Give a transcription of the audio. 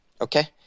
Okay